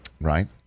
Right